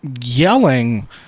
yelling